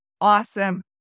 Awesome